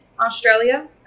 Australia